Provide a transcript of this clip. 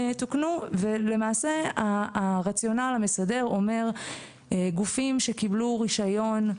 ולמעשה הרציונל המסדר אומר שגופים שקיבלו רישיון,